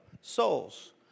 souls